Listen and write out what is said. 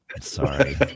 Sorry